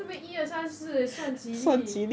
在那边一二三四耶算几粒耶